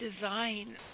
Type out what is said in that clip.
design